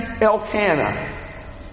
Elkanah